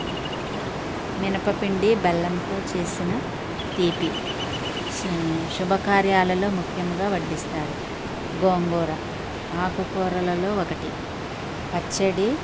మినప పిండి బెల్లంతో చేసిన తీపి శుభకార్యాలలో ముఖ్యముగా వడ్డిస్తారు గోంగూర ఆకు కూరలలో ఒకటి పచ్చడి